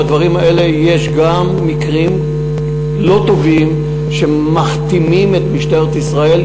בדברים האלה יש גם מקרים לא טובים שמכתימים את ממשלת ישראל,